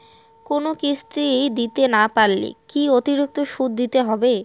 কোনো কিস্তি দিতে না পারলে কি অতিরিক্ত সুদ দিতে হবে?